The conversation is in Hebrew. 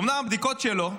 אלה אומנם הבדיקות שלו,